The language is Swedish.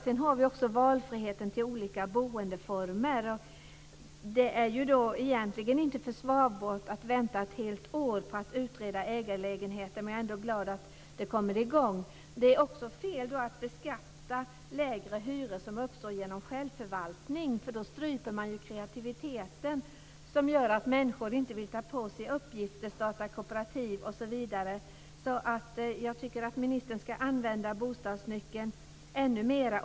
Sedan har vi också valfriheten i fråga om olika boendeformer. Det är egentligen inte försvarbart vänta ett helt år på att utreda detta med ägarlägenheter, men jag är ändå glad över att det kommer i gång. Det är också fel att beskatta lägre hyror som uppstår genom självförvaltning. Då stryper man ju kreativiteten, vilket gör att människor inte vill ta på sig uppgifter, starta kooperativ osv. Jag tycker alltså att ministern ska använda bostadsnyckeln ännu mer.